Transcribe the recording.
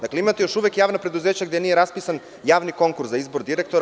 Dakle, imate još uvek javna preduzeća gde nije raspisan javni konkurs za izbor direktora.